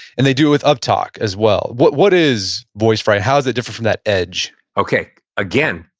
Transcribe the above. and they do it with uptalk as well. what what is voice fry? how is it different from that edge? okay. again,